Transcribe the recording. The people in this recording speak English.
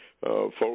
folks